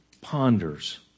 ponders